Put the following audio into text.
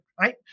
right